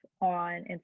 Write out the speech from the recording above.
on